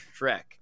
Shrek